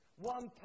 One